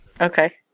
Okay